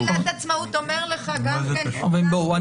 מגילת העצמאות אומר לך גם כן --- מגילת